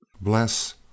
Bless